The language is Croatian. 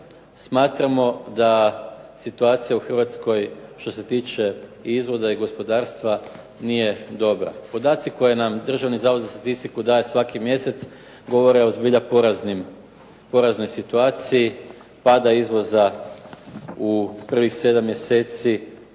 smatramo da situacija u Hrvatskoj, što se tiče izvoza i gospodarstva, nije dobra. Podaci koje nam Državni zavod za statistiku daje svaki mjesec govore o zbilja poraznoj situaciji pada izvoza u prvih 7 mjeseci